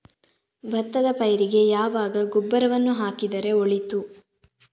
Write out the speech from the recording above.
ಭತ್ತದ ಪೈರಿಗೆ ಯಾವಾಗ ಗೊಬ್ಬರವನ್ನು ಹಾಕಿದರೆ ಒಳಿತು?